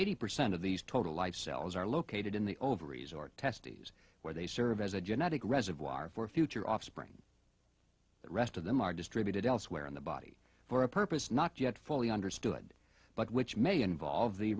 eighty percent of these total life cells are located in the ovaries or testes where they serve as a genetic reservoir for future offspring the rest of them are distributed elsewhere in the body for a purpose not yet fully understood but which may involve the